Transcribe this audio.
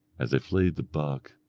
as i flayed the buck,